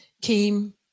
came